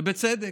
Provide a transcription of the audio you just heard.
ובצדק.